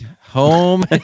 home